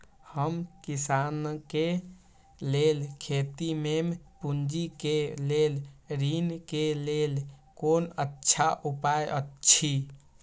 हम किसानके लेल खेती में पुंजी के लेल ऋण के लेल कोन अच्छा उपाय अछि?